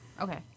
Okay